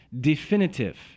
definitive